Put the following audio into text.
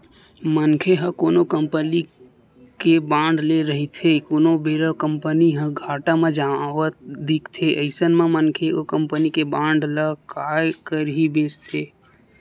मनखे ह कोनो कंपनी के बांड ले रहिथे कोनो बेरा म कंपनी ह घाटा म जावत दिखथे अइसन म मनखे ओ कंपनी के बांड ल काय करही बेंचथे